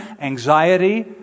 anxiety